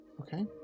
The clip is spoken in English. Okay